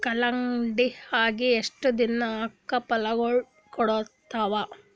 ಕಲ್ಲಂಗಡಿ ಅಗಿ ಎಷ್ಟ ದಿನಕ ಫಲಾಗೋಳ ಕೊಡತಾವ?